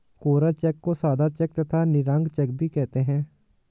कोरा cheque को सादा cheque तथा निरंक चेक भी कहते हैं